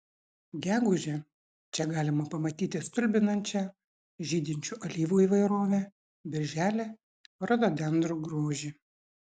gegužę čia galima pamatyti stulbinančią žydinčių alyvų įvairovę birželį rododendrų grožį